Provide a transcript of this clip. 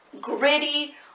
gritty